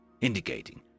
indicating